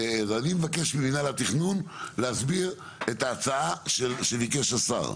ואני מבקש ממינהל התכנון להסביר את ההצעה שביקש השר.